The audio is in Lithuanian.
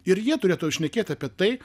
ir jie turėtų šnekėti apie tai